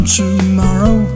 tomorrow